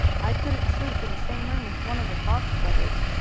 i couldn't sleep in the same room with one of the fox brothers.